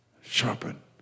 sharpen